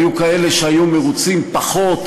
והיו כאלה שהיו מרוצים פחות,